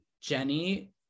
Jenny